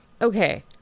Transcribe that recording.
Okay